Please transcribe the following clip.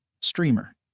streamer